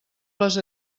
les